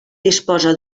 disposa